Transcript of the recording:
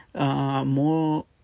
More